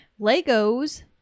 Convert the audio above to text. Legos